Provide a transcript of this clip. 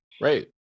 Right